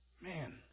Man